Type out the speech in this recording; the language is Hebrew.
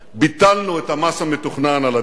ביטלנו את המס המתוכנן על הדלק.